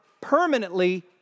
permanently